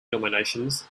nominations